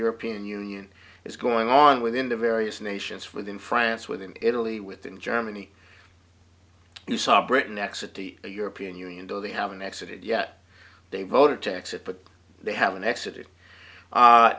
european union is going on within the various nations within france within italy within germany you saw britain next city the european union do they have an accident yet they voted to exit but they haven't exit